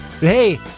hey